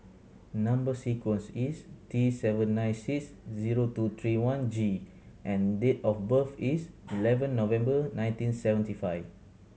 number sequence is T seven nine six zero two three one G and date of birth is eleven November nineteen seventy five